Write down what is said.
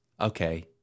okay